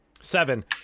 Seven